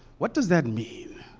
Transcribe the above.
what does that mean?